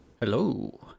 Hello